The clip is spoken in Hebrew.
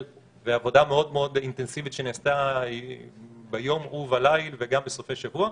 ועבודה מאוד מאוד אינטנסיבית שנעשתה ביום ובלילה וגם בסופי-שבוע.